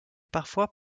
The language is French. parfois